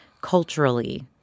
culturally